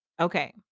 Okay